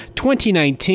2019